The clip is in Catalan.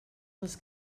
les